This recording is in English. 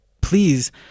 please